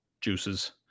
juices